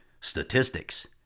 statistics